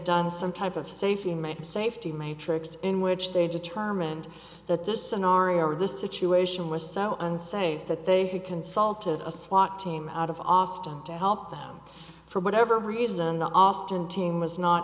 done some type of safety made safety matrix in which they determined that this sonority or this situation was so unsafe that they had consulted a swat team out of austin to help them for whatever reason the austin team was not